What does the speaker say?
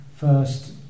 first